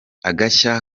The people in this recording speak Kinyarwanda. agashya